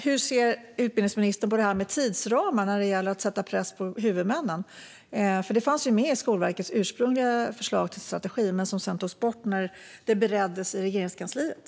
Hur ser utbildningsministern på detta med tidsramar när det gäller att sätta press på huvudmännen? Det fanns med i Skolverkets ursprungliga förslag till strategi men togs sedan bort när förslaget bereddes i Regeringskansliet.